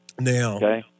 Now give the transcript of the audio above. Now